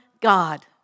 God